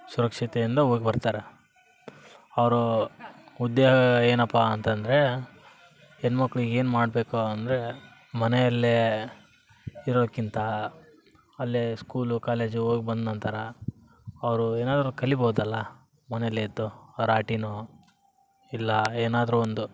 ಸುರಕ್ಷಿತೆಯಿಂದ ಹೋಗ್ ಬರ್ತಾರೆ ಅವರು ಉದ್ಯೋಗ ಏನಪ್ಪಾ ಅಂತಂದರೆ ಹೆಣ್ಣು ಮಕ್ಳಿಗೆ ಏನು ಮಾಡಬೇಕು ಅಂದರೆ ಮನೆಯಲ್ಲೇ ಇರೋಕ್ಕಿಂತ ಅಲ್ಲೇ ಸ್ಕೂಲು ಕಾಲೇಜು ಹೋಗ್ ಬಂದ ನಂತರ ಅವರು ಏನಾದರು ಕಲೀಬೋದಲ್ಲ ಮನೇಲೇ ಇದ್ದು ರಾಟೆನೋ ಇಲ್ಲ ಏನಾದರು ಒಂದು